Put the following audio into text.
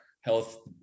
health